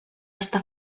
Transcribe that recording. està